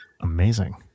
amazing